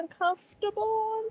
uncomfortable